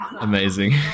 amazing